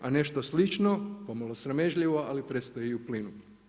A nešto slično, pomalo sramežljivo ali predstoji i u plinu.